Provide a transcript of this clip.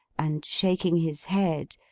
and shaking his head,